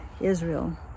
Israel